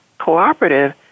cooperative